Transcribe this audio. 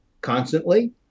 constantly